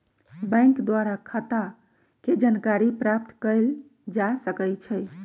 bank द्वारा खता के जानकारी प्राप्त कएल जा सकइ छइ